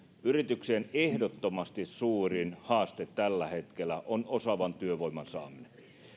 yrityksien ehdottomasti suurin haaste tällä hetkellä on osaavan työvoiman saaminen